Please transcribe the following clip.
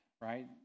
right